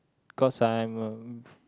cause I'm a